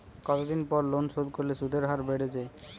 কতদিন পর লোন শোধ করলে সুদের হার বাড়ে য়ায়?